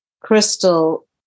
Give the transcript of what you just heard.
crystal